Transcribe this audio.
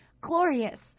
glorious